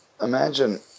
Imagine